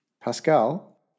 Pascal